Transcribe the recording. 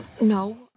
no